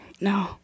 no